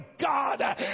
God